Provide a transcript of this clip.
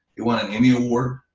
it won an emmy award,